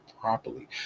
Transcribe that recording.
properly